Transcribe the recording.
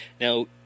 Now